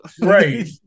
Right